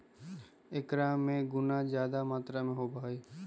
एकरा में गुना जादा मात्रा में होबा हई